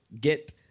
get